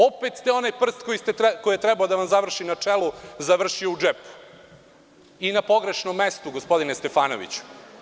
Opet je onaj prst, koji je trebao da vam završi na čelu, završio u džepu i na pogrešnom mestu, gospodine Stefanoviću.